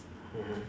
mmhmm